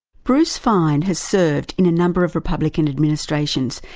bruce fein has served in a number of republican administrations,